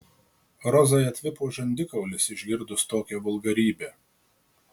rozai atvipo žandikaulis išgirdus tokią vulgarybę